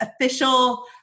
official